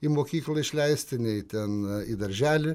į mokyklą išleisti nei ten į darželį